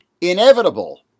inevitable